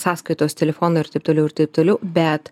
sąskaitos telefonai ir taip toliau ir taip toliau bet